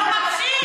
אבל הוא ממשיך.